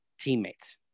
teammates